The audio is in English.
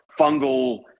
fungal